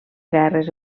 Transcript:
guerres